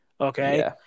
Okay